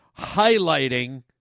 highlighting